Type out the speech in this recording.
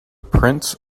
prince